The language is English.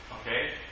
okay